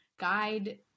guide